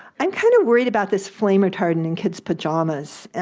i'm kind of worry about this flame retardant in kid's pajamas.